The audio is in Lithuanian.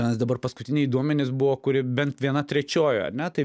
nes dabar paskutiniai duomenys buvo kuri bent viena trečioji ar ne tai